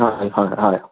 হয় হয় হয়